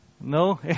No